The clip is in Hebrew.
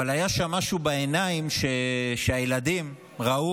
אבל היה שם משהו בעיניים שהילדים ראו,